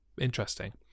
Interesting